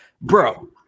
Bro